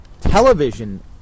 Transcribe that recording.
television